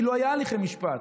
כי לא היו הליכי משפט.